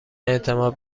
اعتماد